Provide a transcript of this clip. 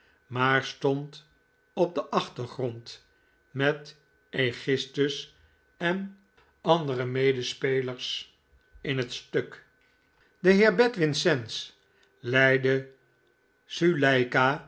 maar stond op den achtergrond met aegisthus en andere medespelers in het stuk de heer bedwin sands leidde